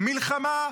מלחמה,